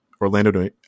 Orlando